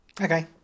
Okay